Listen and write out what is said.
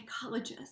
psychologist